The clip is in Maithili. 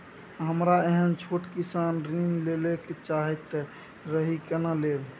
हमरा एहन छोट किसान ऋण लैले चाहैत रहि केना लेब?